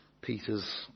Peter's